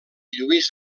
lluís